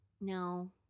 no